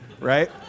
right